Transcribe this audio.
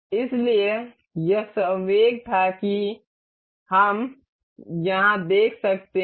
इसलिए यह संयोग था कि हम यहां देख सकते हैं